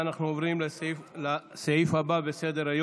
אנחנו עוברים לסעיף הבא בסדר-היום.